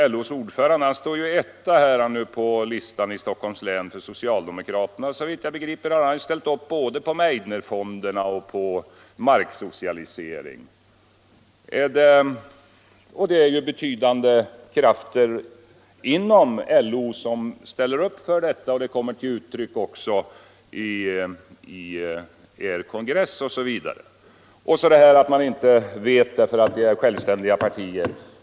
LO:s ordförande som står först på socialdemokraternas lista för Stockholms län har såvitt Jag begriper ställt upp både på Meidnerfonderna och på marksocialisering. Och det är betydande krafter inom LO som ställer upp för detta. Det kommer också till uttryck i er kongress osv. Man vet inte vilken politik de borgerliga kommer att föra därför att partierna agerar självständigt, säger herr Palme.